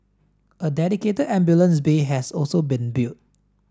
a dedicated ambulance bay has also been built